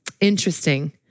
Interesting